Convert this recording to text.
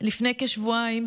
לפני כשבועיים,